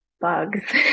bugs